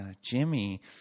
Jimmy